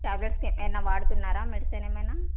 ట్యాబ్లెట్స్కి ఏమన్నా వాడుతున్నారా మెడిసిన్ ఏమైనా